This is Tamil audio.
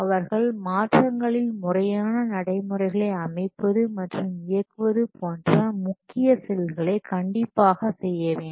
அவர்கள் மாற்றங்களில் முறையான நடைமுறைகளை அமைப்பது மற்றும் இயக்குவது போன்ற முக்கிய செயல்களை கண்டிப்பாக செய்ய வேண்டும்